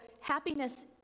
happiness